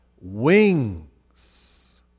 wings